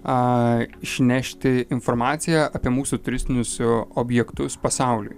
a išnešti informaciją apie mūsų turistinius objektus pasauliui